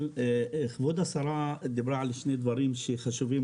אבל כבוד השרה דיברה על שני דברים חשובים